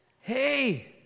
hey